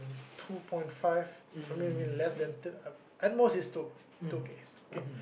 two point five I mean mean less than that uh at most is two two okay okay okay